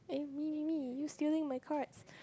eh me me me you stealing my cards